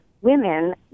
women